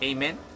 Amen